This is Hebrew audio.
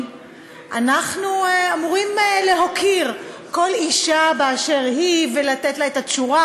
אנחנו אמורים להוקיר כל אישה באשר היא ולתת לה את התשורה,